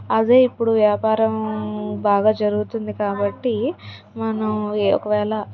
అవే ఇప్పుడు వ్యాపారం బాగా జరుగుతుంది కాబట్టీ మనం ఏ ఒక వేళ